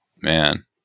man